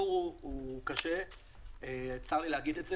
הסיפור הוא קשה, צר לי להגיד את זה.